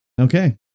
Okay